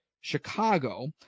Chicago